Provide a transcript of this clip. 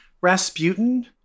Rasputin